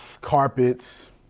carpets